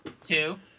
Two